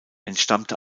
entstammte